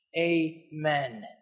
Amen